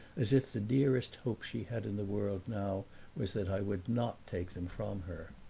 as if the dearest hope she had in the world now was that i would not take them from her.